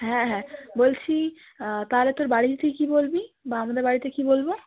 হ্যাঁ হ্যাঁ বলছি তাহলে তোর বাড়ি তুই কী বলবি বা আমাদের বাড়িতে কী বলবো